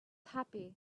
happy